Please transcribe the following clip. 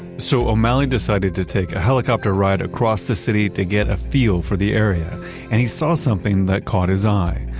so o'malley decided to take a helicopter ride across the city to get a feel for the area and he saw something that caught his eye.